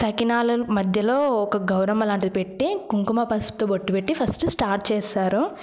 సకినాలను మధ్యలో ఒక గౌరమ్మ లాంటిది పెట్టి కుంకుమ పసుపుతో బొట్టు పెట్టి ఫస్ట్ స్టార్ట్ చేస్తారు